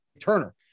Turner